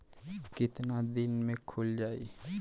कितना दिन में खुल जाई?